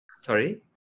Sorry